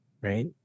right